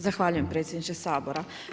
Zahvaljujem predsjedniče Sabora.